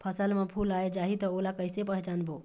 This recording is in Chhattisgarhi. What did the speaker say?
फसल म फूल आ जाही त ओला कइसे पहचानबो?